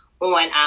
on